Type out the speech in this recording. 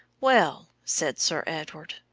well, said sir edward,